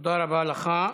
תודה רבה לך.